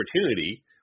opportunity